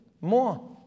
more